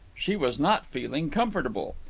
she was not feeling comfortable.